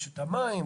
רשות המים,